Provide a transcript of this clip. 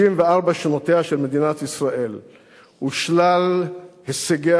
64 שנותיה של מדינת ישראל ושלל הישגיה